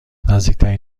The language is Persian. نزدیکترین